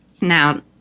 Now